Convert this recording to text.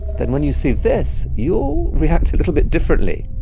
then when you see this, you'll react a little bit differently.